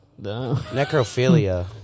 Necrophilia